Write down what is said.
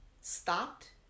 stopped